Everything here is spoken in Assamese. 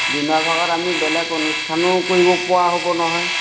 দিনৰ ভাগত আমি বেলেগ অনুষ্ঠানো কৰিব পৰা হ'ব নহয়